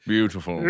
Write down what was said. Beautiful